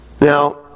Now